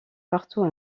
partout